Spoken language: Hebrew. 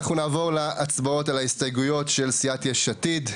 אנחנו נעבור להצבעות על ההסתייגויות של סיעת "יש עתיד".